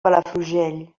palafrugell